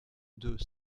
deux